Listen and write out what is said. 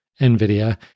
NVIDIA